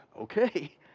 Okay